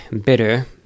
bitter